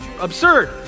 Absurd